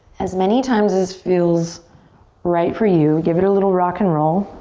as many times as feels right for you. give it a little rock and roll.